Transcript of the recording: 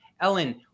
Ellen